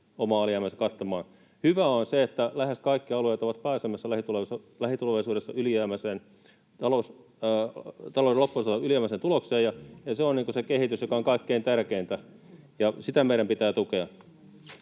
omaa alijäämäänsä kattamaan? Hyvää on se, että lähes kaikki alueet ovat pääsemässä lähitulevaisuudessa talouden loppuosalta ylijäämäiseen tulokseen. Se on kehitys, joka on kaikkein tärkeintä, ja sitä meidän pitää tukea.